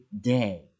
day